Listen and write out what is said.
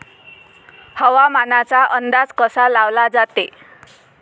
हवामानाचा अंदाज कसा लावला जाते?